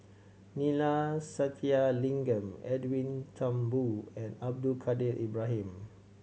Neila Sathyalingam Edwin Thumboo and Abdul Kadir Ibrahim